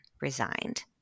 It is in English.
resigned